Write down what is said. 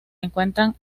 encuentran